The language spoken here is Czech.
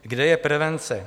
Kde je prevence?